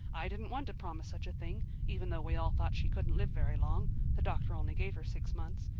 i didn't want to promise such a thing, even though we all thought she couldn't live very long the doctor only gave her six months.